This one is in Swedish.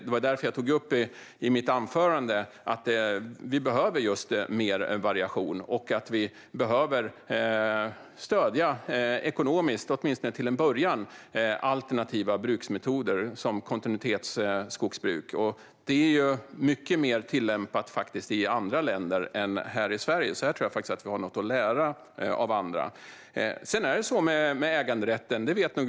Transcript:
Det var därför jag i mitt anförande tog upp att vi behöver mer variation och att vi åtminstone till en början behöver stödja alternativa bruksmetoder, som kontinuitetsskogsbruk, ekonomiskt. Detta är mycket mer tillämpat i andra länder än i Sverige, så här tror jag att vi har något att lära av andra.